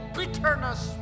bitterness